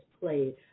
played